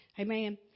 Amen